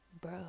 bro